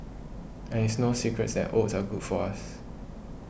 and it's no secrets that oats are good for us